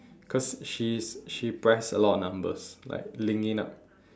cause she's she pressed a lot of numbers like link it up